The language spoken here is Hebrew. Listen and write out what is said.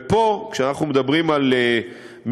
ופה, כשאנחנו מדברים על מכשולים,